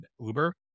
Uber